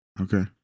Okay